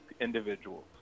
individuals